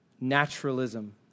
Naturalism